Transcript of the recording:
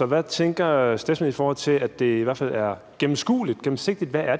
om, hvad det er for nogle krav, i forhold til at de i hvert fald er gennemskuelige og gennemsigtige? Hvad er